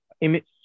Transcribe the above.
image